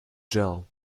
jell